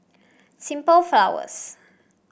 Simple Flowers